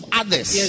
others